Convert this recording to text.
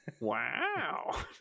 wow